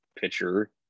pitcher